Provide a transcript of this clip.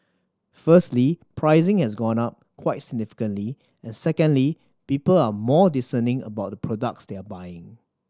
firstly pricing has gone up quite significantly and secondly people are more discerning about the product they are buying